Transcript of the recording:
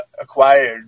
acquired